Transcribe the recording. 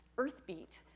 earth feet,